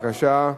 בבקשה.